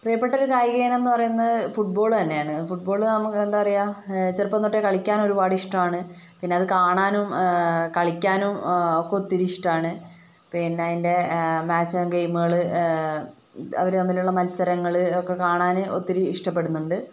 പ്രിയപ്പെട്ടൊരു കായികയിനം എന്നു പറയുന്നത് ഫുഡ്ബോള് തന്നെയാണ് ഫുഡ്ബോള് നമുക്ക് എന്താ പറയുക ചെറുപ്പം തൊട്ടേ കളിക്കാനൊരുപാട് ഇഷ്ടമാണ് പിന്നെയത് കാണാനും കളിക്കാനും ഒക്കെ ഒത്തിരി ഇഷ്ടമാണ് പിന്നെ അതിൻ്റെ മാച്ച് ആൻറ് ഗെയിമുകൾ അവരു തമ്മിലുള്ള മത്സരങ്ങൾ ഇതൊക്കെ കാണാൻ ഒത്തിരി ഇഷ്ടപ്പെടുന്നുണ്ട്